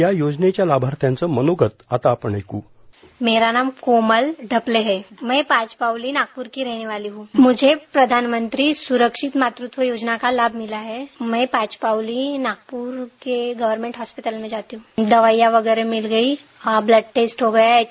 या योजनेचा लाभार्थ्यांचे मनोगत आपण ऐकू साऊंड बाईट मेरा नाम कोमल ढपले है मै पाचपावली नागपूर की रहनेवाली हूं मुझे प्रधानमंत्री सुरक्षीत मातृत्व योजना का लाभ मिला है मै पाचपावली नागपुर के गव्हर्नमेंट हॉस्पीटल में जाती हूं दवाईया वगैरे मिल गयी वहां टेस्ट हो गया एच